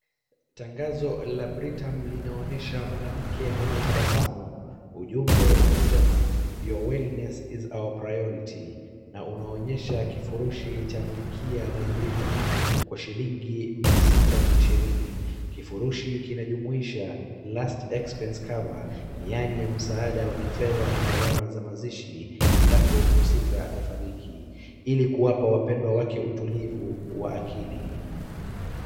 Tangazo la Britam linaonyesha mwanamke mwenye tabasamu. Ujumbe unasema, Your wellness is our priority , na unaonyesha kifurushi cha malkia by Britam, kwa shilingi mia sita na ishirini. Kifurushi kinajumuisha, last expense cover , yaani msaada wa kifedha kwa garama za mazishi endapo mhusika atafariki, ili kuwapa wapendwa wake utulivu, wa akili.